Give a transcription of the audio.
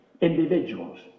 individuals